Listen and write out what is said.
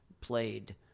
played